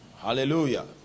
Hallelujah